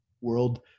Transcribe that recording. world